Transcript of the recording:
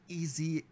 easy